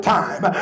time